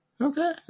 Okay